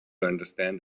understand